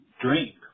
drink